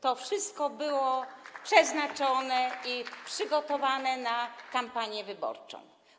To wszystko było przeznaczone i przygotowane na kampanię wyborczą.